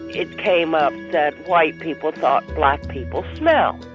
it came up that white people thought black people smell.